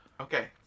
Okay